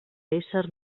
esser